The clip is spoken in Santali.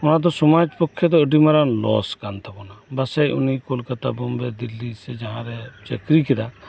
ᱚᱱᱟᱫᱚ ᱥᱚᱢᱟᱡᱽ ᱯᱚᱠᱷᱮ ᱫᱚ ᱟᱹᱰᱤ ᱢᱟᱨᱟᱝ ᱞᱚᱥᱠᱟᱱ ᱛᱟᱵᱩᱱᱟ ᱵᱟᱥᱮᱜ ᱩᱱᱤ ᱠᱚᱞᱠᱟᱛᱟ ᱵᱚᱢᱵᱮ ᱫᱤᱞᱞᱤ ᱥᱮ ᱡᱟᱦᱟᱸ ᱨᱮ ᱪᱟᱹᱠᱨᱤ ᱠᱮᱫᱟ